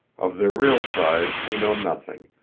of their real size we know nothing,